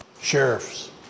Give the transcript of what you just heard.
sheriffs